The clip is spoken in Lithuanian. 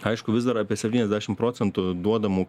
aišku vis dar apie septyniasdešim procentų duodamų